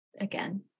Again